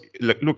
look